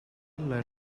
alla